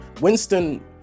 Winston